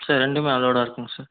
sir ரெண்டுமே அலோடா இருக்குங்க சார்